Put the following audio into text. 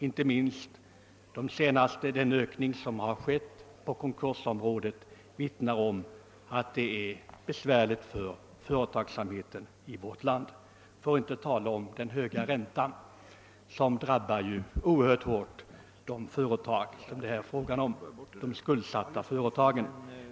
Inte minst den ökning som skett i fråga om konkurser den senaste tiden vittnar om att det är besvärligt för företagsamheten i vårt land, för att inte tala om den höga räntan, som oerhört hårt drabbar de skuldsatta företag det här är fråga om.